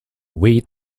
wheat